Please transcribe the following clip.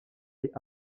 est